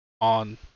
on